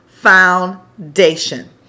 foundation